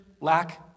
lack